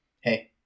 Hey